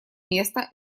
место